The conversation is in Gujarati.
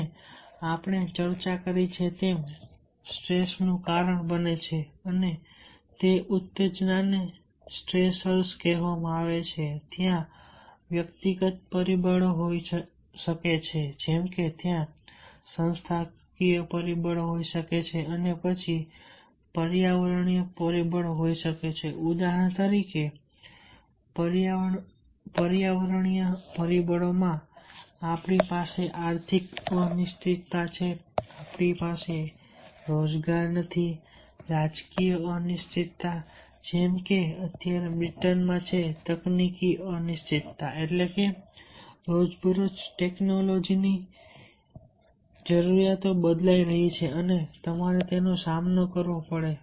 અને આપણે ચર્ચા કરી છે તેમ સ્ટ્રેસનું કારણ બને છે અને તે ઉત્તેજનાને સ્ટ્રેસર્સ કહેવામાં આવે છે ત્યાં વ્યક્તિગત પરિબળો હોઈ શકે છે જેમકે ત્યાં સંસ્થાકીય પરિબળો હોઈ શકે છે અને પછી પર્યાવરણીય પરિબળો હોઈ શકે છે ઉદાહરણ તરીકે પર્યાવરણીય પરિબળોમાં આપણી પાસે આર્થિક અનિશ્ચિતતા છે આપણી પાસે રોજગાર નથી રાજકીય અનિશ્ચિતતા જેમ કે તે અત્યારે બ્રિટનમાં છે તકનીકી અનિશ્ચિતતા એટલે કે રોજબરોજની ટેકનોલોજી બદલાઈ રહી છે અને તમારે તેનો સામનો કરવો પડશે